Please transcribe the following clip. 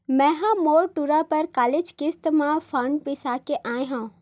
मैय ह मोर टूरा बर कालीच किस्ती म फउन बिसाय के आय हँव